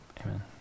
amen